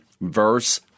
verse